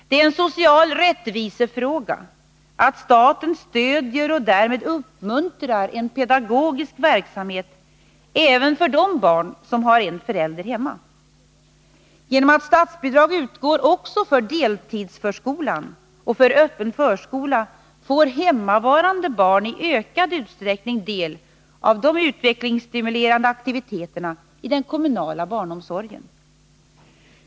Det är en social rättvisefråga att staten stödjer och därmed uppmuntrar en pedagogisk verksamhet även för de barn som har en förälder hemma. Genom att statsbidrag utgår också för heltidsförskolan och för öppen förskola får hemmavarande barn i ökad utsträckning del av de utvecklingsstimulerande aktiviteterna i den kommunala barnomsorgen.